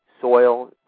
Soil